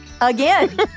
again